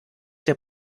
der